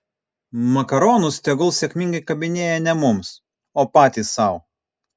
makaronus tegul sėkmingai kabinėja ne mums o patys sau